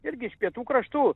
irgi iš pietų kraštų